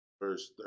verse